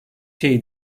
şeyi